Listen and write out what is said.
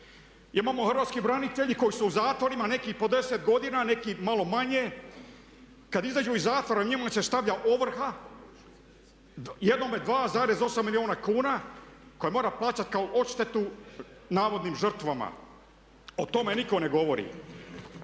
Imamo hrvatske branitelje koji su u zatvorima, neki i po 10 godina, a neki malo manje. Kad izađu iz zatvora njima se stavlja ovrha, jednome 2,8 milijuna kuna koje mora plaćati kao odštetu navodnim žrtvama. O tome nitko ne govori.